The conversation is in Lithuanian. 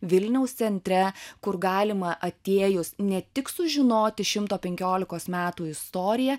vilniaus centre kur galima atėjus ne tik sužinoti šimto penkiolikos metų istoriją